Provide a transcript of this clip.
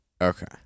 Okay